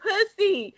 Pussy